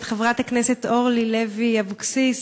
את חברת הכנסת אורלי לוי אבקסיס,